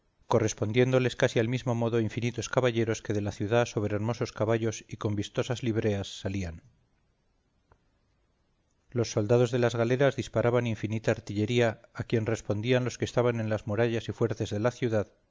aguas correspondiéndoles casi al mismo modo infinitos caballeros que de la ciudad sobre hermosos caballos y con vistosas libreas salían los soldados de las galeras disparaban infinita artillería a quien respondían los que estaban en las murallas y fuertes de la ciudad